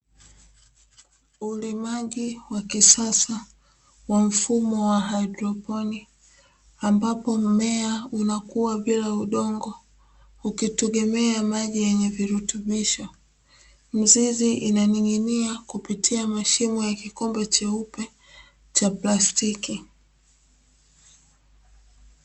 Ulimaji wa kisasa wa mfumo wa haidroponi ambapo mmea unakua bila udongo ukitegemea maji yenye virutubisho. Mzizi imening'inia kupitia mashimo ya kikombe cheupe cha plastiki.